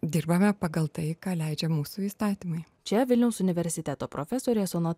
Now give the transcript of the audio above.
dirbame pagal tai ką leidžia mūsų įstatymai čia vilniaus universiteto profesorė sonata